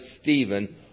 Stephen